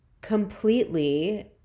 completely